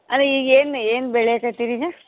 ಅಲ್ಲ ಈಗೇನು ಏನು ಬೆಳ್ಯಕತ್ತೀರಿ ಈಗ